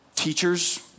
Teachers